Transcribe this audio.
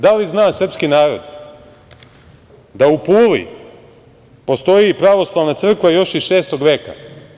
Da li zna srpski narod da u Puli postoji Pravoslavna crkva još iz Šestog veka?